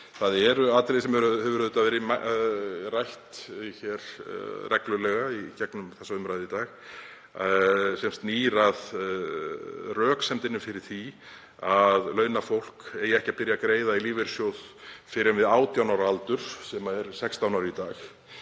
Það er atriði sem hefur auðvitað verið rætt hér reglulega í umræðunni í dag sem snýr að röksemdinni fyrir því að launafólk eigi ekki að byrja að greiða í lífeyrissjóð fyrr en við 18 ára aldur, sem er 16 ár í dag.